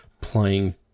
playing